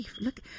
look